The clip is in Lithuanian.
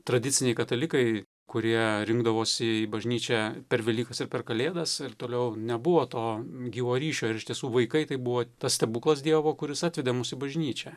tradiciniai katalikai kurie rinkdavosi į bažnyčią per velykas ir per kalėdas ir toliau nebuvo to gyvo ryšio ir iš tiesų vaikai tai buvo tas stebuklas dievo kuris atvedė mus į bažnyčią